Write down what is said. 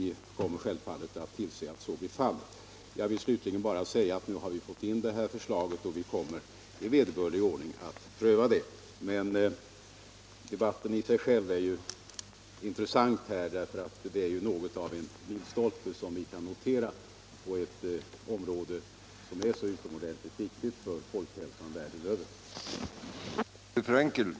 Jag vill slutligen bara säga att vi nu fått in detta förslag och kommer i vederbörlig ordning att behandla det. Men debatten är i sig själv intressant därför att detta är något av en milstolpe på ett område som är så utomordentligt viktigt för folkhälsan världen över.